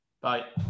Bye